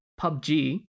PUBG